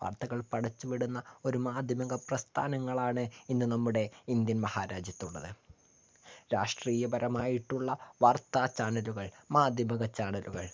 വാർത്തകൾ പടച്ചുവിടുന്ന ഒരു മാധ്യമിക പ്രസ്ഥാനങ്ങളാണ് ഇന്ന് നമ്മുടെ ഇന്ത്യൻ മഹാരാജ്യത്തുള്ളത് രാഷ്ട്രീയപരമായിട്ടുള്ള വാർത്താചാനലുകൾ മാധ്യമക ചാനലുകൾ